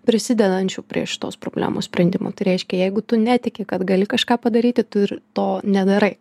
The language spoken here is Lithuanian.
prisidedančių prie šitos problemos sprendimo tai reiškia jeigu tu netiki kad gali kažką padaryti tu ir to nedarai